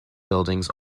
buildings